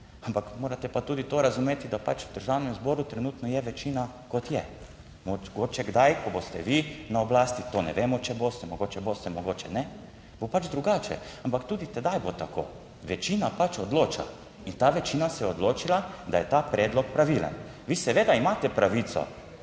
ampak morate pa tudi to razumeti, da pač v Državnem zboru trenutno je večina kot je. Mogoče kdaj, ko boste vi na oblasti, to ne vemo, če boste mogoče boste mogoče ne bo pač drugače, ampak tudi tedaj bo tako, večina pač odloča. In ta večina se je odločila, da je ta predlog pravilen. Vi seveda imate pravico